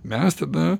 mes tada